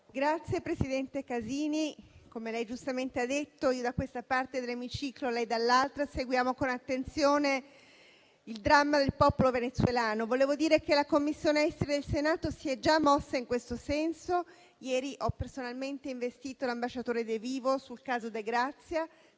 ringrazio il senatore Casini. Come egli giustamente ha detto, io da questa parte dell'Emiciclo e lui dall'altra seguiamo con attenzione il dramma del popolo venezuelano. La Commissione esteri del Senato si è già mossa in questo senso. Ieri ho personalmente investito l'ambasciatore De Vito sul caso de Grazia;